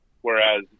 whereas